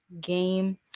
game